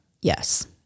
Yes